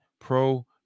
pro